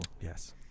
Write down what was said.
yes